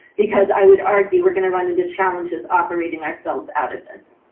because i would argue we're going to run into challenges, operating ourselves out of this.